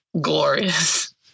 glorious